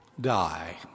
die